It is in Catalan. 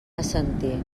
assentir